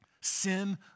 Sin